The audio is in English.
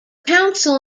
council